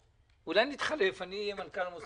מאיר, אני מבקש ממך